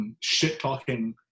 shit-talking